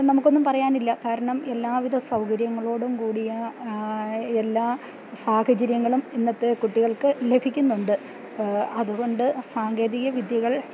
നമുക്കൊന്നും പറയാനില്ല കാരണം എല്ലാ വിധ സൗകര്യങ്ങളോടും കൂടിയ എല്ലാ സാഹചര്യങ്ങളും ഇന്നത്തെ കുട്ടികൾക്ക് ലഭിക്കുന്നുണ്ട് അതുകൊണ്ട് സാങ്കേതിക വിദ്യകൾ